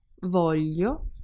voglio